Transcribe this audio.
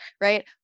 right